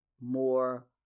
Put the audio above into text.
more